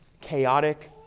chaotic